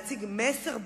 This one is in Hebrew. להציג מסר ברור.